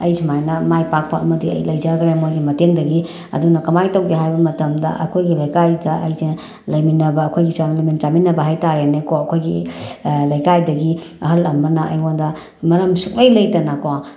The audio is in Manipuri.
ꯑꯩ ꯁꯨꯃꯥꯏꯅ ꯃꯥꯏ ꯄꯥꯛꯄ ꯑꯃꯗꯤ ꯑꯩ ꯂꯩꯖꯈ꯭ꯔꯦ ꯃꯈꯣꯏꯒꯤ ꯃꯇꯦꯡꯗꯒꯤ ꯑꯗꯨꯅ ꯀꯃꯥꯏꯅ ꯇꯧꯒꯦ ꯍꯥꯏꯕ ꯃꯇꯝꯗ ꯑꯩꯈꯣꯏꯒꯤ ꯂꯩꯀꯥꯏꯗ ꯑꯩꯁꯦ ꯂꯩꯃꯤꯟꯅꯕ ꯑꯩꯈꯣꯏꯒꯤ ꯂꯩꯃꯤꯟ ꯆꯥꯃꯤꯟꯅꯕ ꯍꯥꯏ ꯇꯥꯔꯦꯅꯦ ꯀꯣ ꯑꯩꯈꯣꯏꯒꯤ ꯂꯩꯀꯥꯏꯗꯒꯤ ꯑꯍꯜ ꯑꯃꯅ ꯑꯩꯉꯣꯟꯗ ꯃꯔꯝ ꯁꯨꯡꯂꯩ ꯂꯩꯇꯅ ꯀꯣ